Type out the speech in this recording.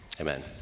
Amen